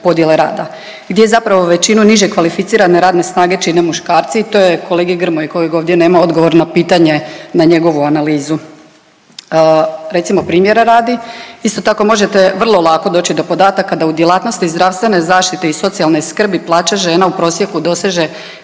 podjele rada gdje zapravo većinu niže kvalificirane radne snage čine muškarci i to je kolegi Grmoji kojeg ovdje nema odgovor na pitanje na njegovu analizu. Recimo primjera radi isto tako možete vrlo lako doći do podataka da u djelatnosti zdravstvene zaštite i socijalne skrbi plaća žena u prosjeku doseže